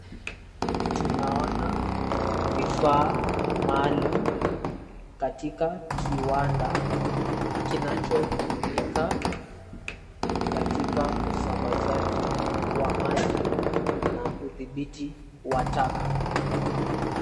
Tunaona vifaa maalum katika kiwanda kinachotumika katika usambazaji wa maji na udhibiti wa taka.